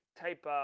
type